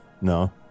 No